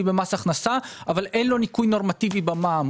במס הכנסה אבל אין לו ניכוי נורמטיבי במע"מ.